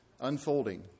unfolding